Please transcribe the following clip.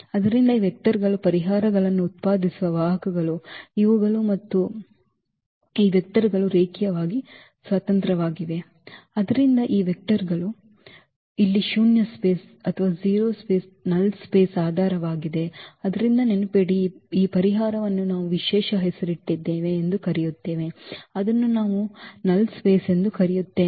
ಆದ್ದರಿಂದ ಈ ವೆಕ್ಟರ್ ಗಳು ಪರಿಹಾರಗಳನ್ನು ಉತ್ಪಾದಿಸುವ ವಾಹಕಗಳು ಇವುಗಳು ಮತ್ತು ಇದು ಮತ್ತು ಈ ವೆಕ್ಟರ್ ಗಳು ರೇಖೀಯವಾಗಿ ಸ್ವತಂತ್ರವಾಗಿರುತ್ತವೆ ಆದ್ದರಿಂದ ಈ ವೆಕ್ಟರ್ ಗಳು ಇಲ್ಲಿ ಶೂನ್ಯ ಸ್ಪೇಸ್ ದ ಆಧಾರವಾಗಿದೆ ಆದ್ದರಿಂದ ನೆನಪಿಡಿ ಈ ಪರಿಹಾರವನ್ನು ನಾವು ವಿಶೇಷ ಹೆಸರಿಟ್ಟಿದ್ದೇವೆ ಎಂದು ಕರೆಯುತ್ತೇವೆ ಅದನ್ನು ನಾವು ಶೂನ್ಯ ಸ್ಪೇಸ್ ಎಂದು ಕರೆಯುತ್ತೇವೆ